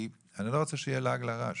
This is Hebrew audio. כי אני לא רוצה שיהיה לעג לרש.